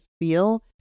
feel